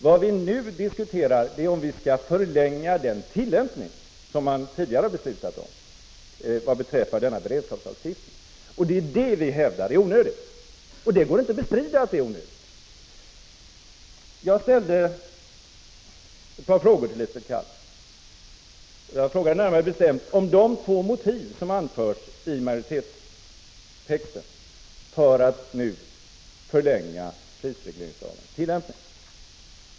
Vad vi nu diskuterar är om vi skall förlänga den tillämpning som man tidigare har beslutat om vad beträffar denna beredskapslagstiftning. Det är detta vi hävdar är onödigt, och det går inte att bestrida. Jag ställde ett par frågor till Lisbet Calner. Jag frågade närmare bestämt om de två motiv som anförs i majoritetstexten för att nu förlänga prisregleringslagens tillämpning.